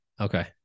Okay